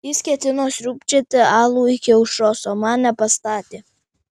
jis ketino sriūbčioti alų iki aušros o man nepastatė